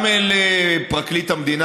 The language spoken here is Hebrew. גם אל פרקליט המדינה,